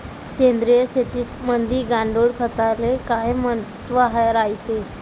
सेंद्रिय शेतीमंदी गांडूळखताले काय महत्त्व रायते?